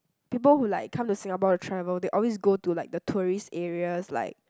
people who like come to Singapore to travel they always go to like the tourist areas like